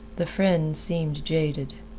the friend seemed jaded,